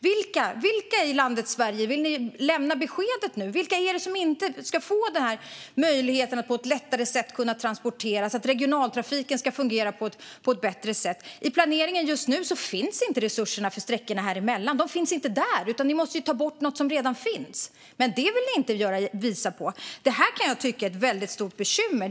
Till vilka i landet Sverige vill ni nu lämna besked om att de inte ska få möjlighet att på ett lättare sätt transportera sig och att regionaltrafiken inte ska fungera på ett bättre sätt? I planeringen just nu finns inte resurserna för sträckorna här emellan. De finns inte där. Ni måste därför ta bort något som redan finns. Men det vill ni inte tala om. Detta kan jag tycka är ett väldigt stort bekymmer.